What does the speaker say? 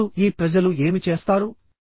ఇప్పుడు ఈ ప్రజలు ఏమి చేస్తారు